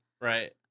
Right